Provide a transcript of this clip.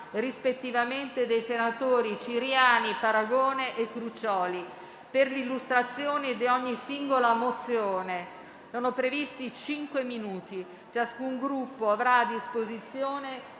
rispettivamente dei senatori Ciriani, Paragone e Crucioli. Per l'illustrazione di ogni singola mozione sono previsti cinque minuti. Ciascun Gruppo avrà a disposizione